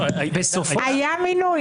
היה מינוי.